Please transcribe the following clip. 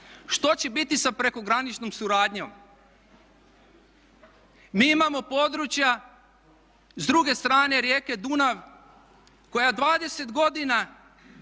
Što će biti sa prekograničnom suradnjom? Mi imamo područja s druge strane rijeke Dunav koja 20 godina